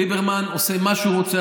ליברמן עושה מה שהוא רוצה.